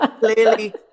clearly